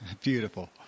Beautiful